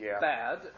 bad